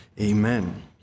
amen